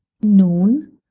Nun